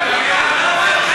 לראש הממשלה.